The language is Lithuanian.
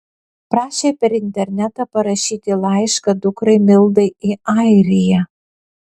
prašė per internetą parašyti laišką dukrai mildai į airiją